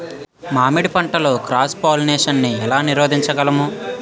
మామిడి పంటలో cross pollination నీ ఏల నీరోధించగలము?